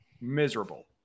Miserable